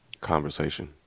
Conversation